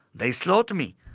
they slaught me